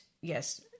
yes